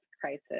crisis